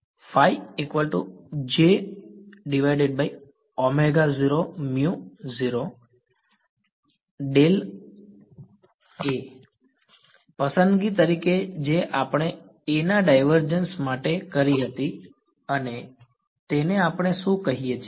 પસંદગી તરીકે જે આપણે A ના ડાયવર્જન્સ માટે કરી હતી અને તેને આપણે શું કહીએ છીએ